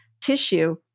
tissue